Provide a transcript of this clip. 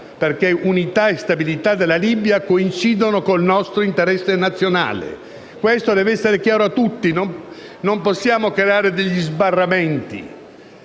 L'unità e la stabilità della Libia coincidono infatti con il nostro interesse nazionale. Questo deve essere chiaro a tutti. Non possiamo creare degli sbarramenti,